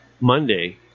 Monday